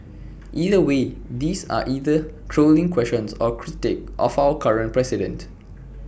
either way these are either trolling questions or A critique of our current president